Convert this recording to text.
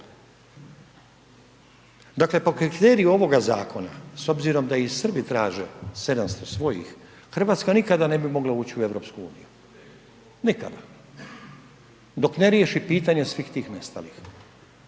Dakle, po kriteriju ovoga zakona s obzirom da i Srbi traže 700 svojih Hrvatska nikada ne bi mogla ući u Europsku uniju, nikada, dok ne riješi pitanje svih tih nestalih.